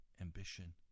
Ambition